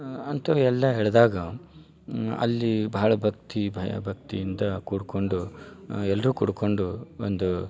ಅಂಥವು ಎಲ್ಲ ಎಳ್ದಾಗ ಅಲ್ಲಿ ಭಾಳ ಭಕ್ತಿ ಭಯ ಭಕ್ತಿಯಿಂದ ಕೂರ್ಕೊಂಡು ಎಲ್ಲರೂ ಕೂಡ್ಕೊಂಡು ಒಂದು